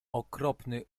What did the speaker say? okropny